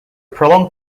prolonged